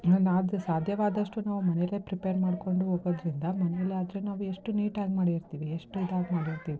ನಾನು ಆದ ಸಾಧ್ಯವಾದಷ್ಟು ನಾವು ಮನೆಲೇ ಪ್ರಿಪೇರ್ ಮಾಡಿಕೊಂಡು ಹೋಗೋದ್ರಿಂದ ಮನೆಲಿ ಆದರೆ ನಾವು ಎಷ್ಟು ನೀಟಾಗಿ ಮಾಡಿರ್ತೀವಿ ಎಷ್ಟು ಇದಾಗಿ ಮಾಡಿರ್ತೀವಿ